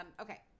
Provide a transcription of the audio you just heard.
Okay